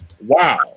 wow